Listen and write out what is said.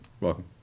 Welcome